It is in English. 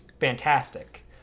fantastic